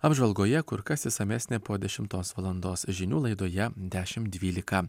apžvalgoje kur kas išsamesnė po dešimtos valandos žinių laidoje dešim dvylika